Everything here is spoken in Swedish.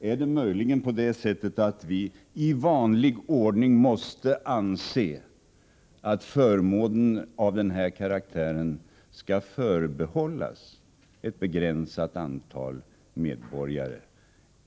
Är det möjligen så att vi i vanlig ordning måste anse att förmåner av denna karaktär skall förbehållas ett begränsat antal medborgare?